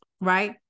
right